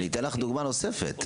אתן לך דוגמה נוספת: